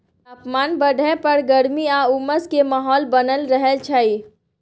तापमान बढ़य पर गर्मी आ उमस के माहौल बनल रहय छइ